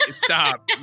Stop